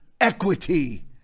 equity